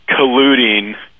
colluding